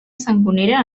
sangonera